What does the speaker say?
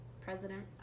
president